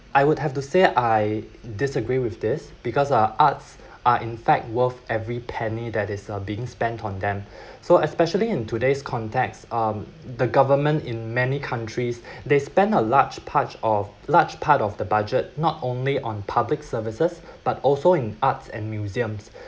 I would have to say I disagree with this because uh arts are in fact worth every penny that is uh being spent on them so especially in today's context um the government in many countries they spent a large part of large part of the budget not only on public services but also in arts and museums